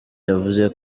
yavuze